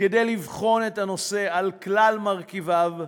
כדי לבחון את הנושא על כלל מרכיביו,